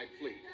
Fleet